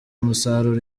umusaruro